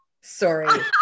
Sorry